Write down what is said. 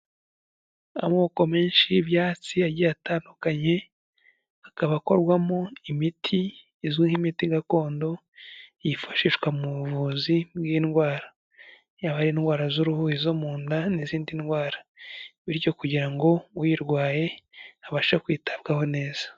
Amoko menshi y'ibyatsi agiye atandukanye, akaba akorwamo imiti izwi nk'imiti gakondo yifashishwa mu buvuzi bw'indwara, yaba ari indwara z'uruhuri, izo munda n'izindi ndwara, bityo kugira ngo uyirwaye abasha kwitabwaho neza.